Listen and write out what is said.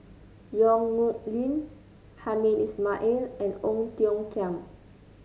Yong Nyuk Lin Hamed Ismail and Ong Tiong Khiam